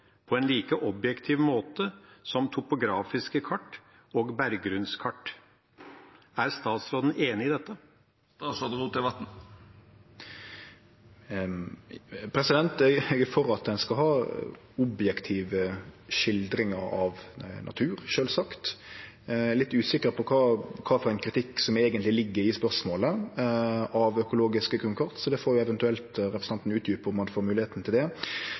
på en like objektiv måte som topografiske kart og berggrunnskart. Er statsråden enig i dette? Eg er for at ein skal ha objektive skildringar av natur, sjølvsagt. Eg er litt usikker på kva for ein kritikk av økologiske grunnkart som eigentleg ligg i spørsmålet. Det får eventuelt representanten Lundteigen utdjupe om han får moglegheit til det.